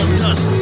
dust